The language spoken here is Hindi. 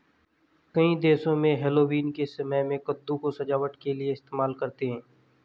कई देशों में हैलोवीन के समय में कद्दू को सजावट के लिए इस्तेमाल करते हैं